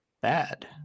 bad